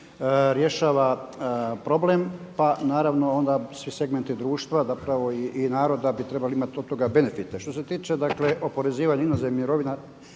rješava problem, pa naravno onda svi segmenti društva zapravo i narod da bi trebali imati od toga benefite. Što se tiče, dakle oporezivanja inozemnih mirovina